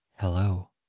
Hello